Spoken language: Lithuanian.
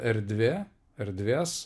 erdvė erdvės